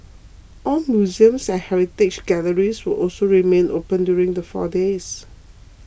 all museums and heritage galleries will also remain open during the four days